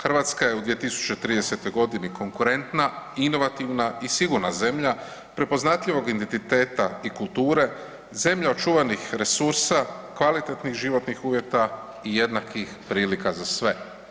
Hrvatska je u 2030. godini konkurentna, inovativna i sigurna zemlja prepoznatljivog identiteta i kulture, zemlja očuvanih resursa, kvalitetnih životnih uvjeta i jednakih prilika za sve.